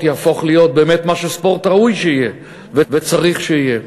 יהפוך להיות מה שספורט ראוי שיהיה וצריך שיהיה.